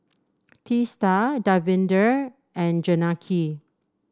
Teesta Davinder and Janaki